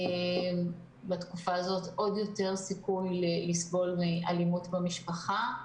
ובתקופה הזו יש סיכוי גדול יותר לסבול מאלימות במשפחה,